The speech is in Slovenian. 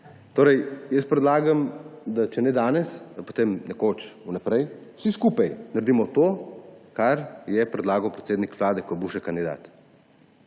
skupaj. Jaz predlagam, da če ne danes, da potem nekoč, naprej vsi skupaj naredimo to, kar je predlagal predsednik vlade, ko je bil še kandidat.